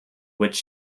which